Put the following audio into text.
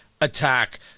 attack